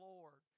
Lord